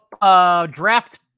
draft